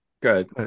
Good